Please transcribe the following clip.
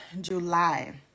july